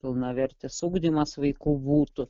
pilnavertis ugdymas vaikų būtų